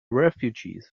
refugees